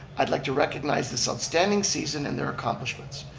i'd like to recognize this outstanding season and their accomplishments.